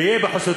והוא יהיה בחסותה,